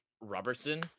Robertson